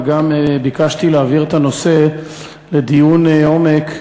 וגם ביקשתי להעביר את הנושא לדיון עומק,